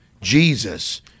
Jesus